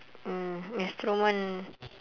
mm instrument